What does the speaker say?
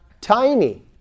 tiny